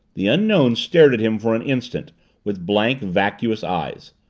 the unknown stared at him for an instant with blank, vacuous eyes.